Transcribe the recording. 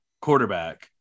quarterback